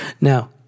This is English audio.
Now